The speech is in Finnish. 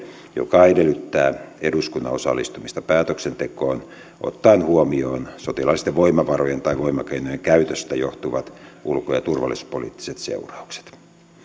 joka edellyttää eduskunnan osallistumista päätöksentekoon ottaen huomioon sotilaallisten voimavarojen tai voimakeinojen käytöstä johtuvat ulko ja turvallisuuspoliittiset seuraukset